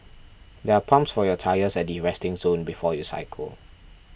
there are pumps for your tyres at the resting zone before you cycle